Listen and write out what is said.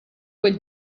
quel